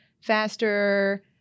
faster